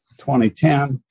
2010